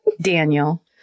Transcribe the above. Daniel